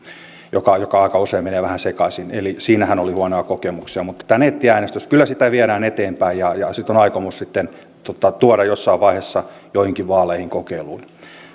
joka joka aika usein menee vähän sekaisin eli siinähän oli huonoja kokemuksia mutta kyllä tätä nettiäänestystä viedään eteenpäin ja ja sitä on aikomus tuoda jossain vaiheessa joihinkin vaaleihin kokeiluun